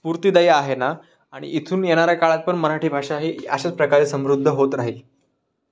स्फुर्तीदायी आहे ना आणि इथून येणाऱ्या काळात पण मराठी भाषा ही अशाच प्रकारे समृद्ध होत राहील